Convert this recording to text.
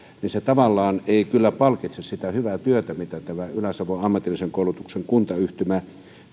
niin se tavallaan ei kyllä palkitse sitä hyvää työtä mitä ylä savon ammatillisen koulutuksen kuntayhtymä